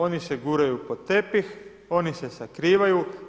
Oni se guraju pod tepih, oni se sakrivaju.